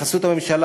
בחסות הממשלה